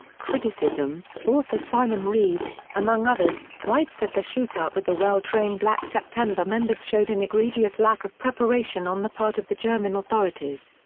criticism author simon reeve, among others, writes that the shootout with the well-trained black september members showed an egregious lack of preparation on the part of the german authorities.